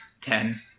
Ten